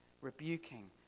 rebuking